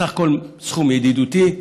בסך הכול סכום ידידותי,